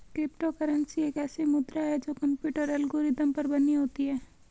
crypto currency एक ऐसी मुद्रा है जो कंप्यूटर एल्गोरिदम पर बनी होती है